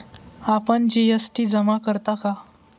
आपण जी.एस.टी जमा करता का?